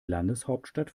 landeshauptstadt